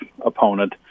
opponent